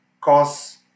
cause